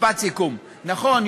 משפט סיכום: נכון,